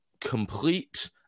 complete